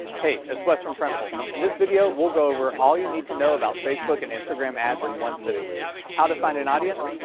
hey, it's wes from printful! in this video we will go over all you need to know about facebook and instagram ads in one sitting how to find an audience,